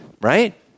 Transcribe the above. right